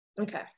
okay